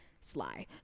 sly